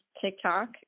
TikTok